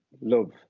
love